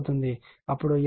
అప్పుడు L1 L2 2 M